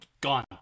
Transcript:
Gone